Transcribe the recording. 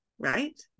Right